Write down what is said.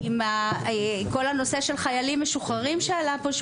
עם כל הנושא של חיילים משוחררים שעלה פה והוא